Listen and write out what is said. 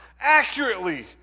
accurately